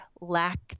lack